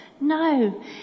No